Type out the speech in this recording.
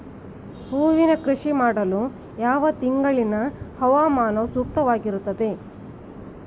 ಹೂವಿನ ಕೃಷಿ ಮಾಡಲು ಯಾವ ತಿಂಗಳಿನ ಹವಾಮಾನವು ಸೂಕ್ತವಾಗಿರುತ್ತದೆ?